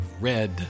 red